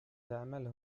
تعمل